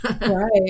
Right